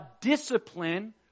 discipline